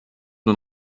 nur